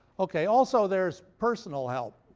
okay, also there's personal help,